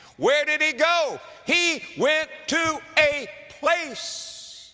where did he go? he went to a place,